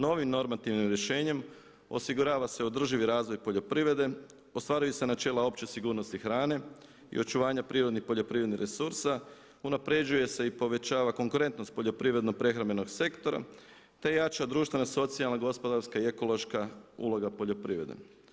Novim normativnim rješenjem osigurava se održivi razvoj poljoprivrede, ostvaruju se načela opće sigurnosti hrane i očuvanja prirodnih poljoprivrednih resursa, unapređuje se i povećava konkurentnost poljoprivredno prehrambenog sektora te jača društvena, socijalna, gospodarska i ekološka uloga poljoprivrede.